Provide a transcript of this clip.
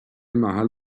محل